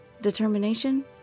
Determination